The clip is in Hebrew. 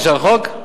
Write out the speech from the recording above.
נשאר חוק?